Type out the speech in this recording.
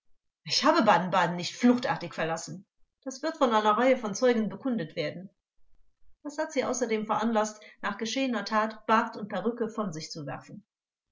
ich habe baden-baden nicht fluchtartig verlassen vors das wird von einer reihe von zeugen bekundet werden was hat sie außerdem veranlaßt nach geschehener tat bart und perücke von sich zu werfen